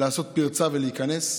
לעשות פרצה ולהיכנס.